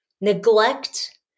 neglect